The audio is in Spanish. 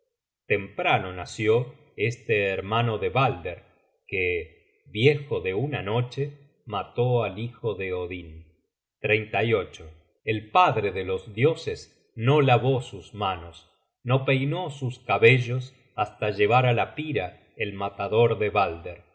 temprano nació este hermano de balder que viejo de una noche mató al hijo de odin el padre de los dioses no lavó sus manos no peinó sus cabellos hasta llevar á la pira el matador de balder